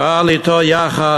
פעל אתו יחד,